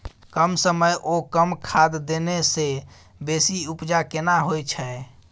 कम समय ओ कम खाद देने से बेसी उपजा केना होय छै?